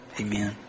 Amen